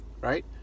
right